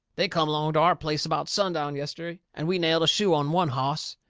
they come along to our place about sundown yesterday, and we nailed a shoe on one hoss.